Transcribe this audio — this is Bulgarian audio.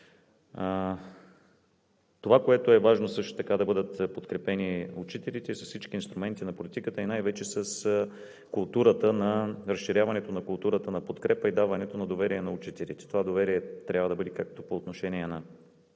Това, което е важно също, е да бъдат подкрепени учителите с всички инструменти на политиката и най-вече с разширяване на културата на подкрепа, и даването на доверие на учителите. Това доверие трябва да бъде по отношение на